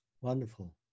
Wonderful